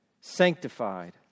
sanctified